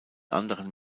anderen